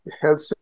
health